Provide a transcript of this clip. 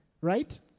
Right